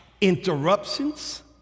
interruptions